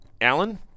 Alan